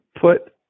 put